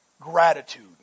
gratitude